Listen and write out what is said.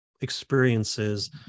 experiences